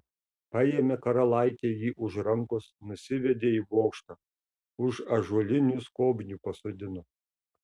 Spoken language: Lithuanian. paėmė karalaitė jį už rankos nusivedė į bokštą už ąžuolinių skobnių pasodino